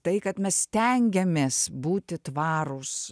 tai kad mes stengiamės būti tvarūs